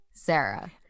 Sarah